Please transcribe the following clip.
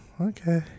okay